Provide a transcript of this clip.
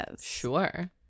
Sure